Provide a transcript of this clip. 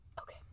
Okay